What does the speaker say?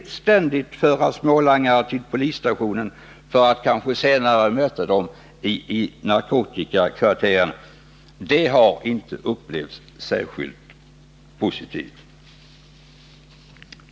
Att ständigt föra smålangare till polisstationen för att kanske snart igen möta dem i narkotikakvarteren har inte upplevts särskilt positivt.